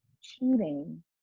cheating